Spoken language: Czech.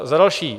Za další.